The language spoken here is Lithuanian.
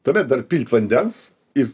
tuomet dar pilt vandens ir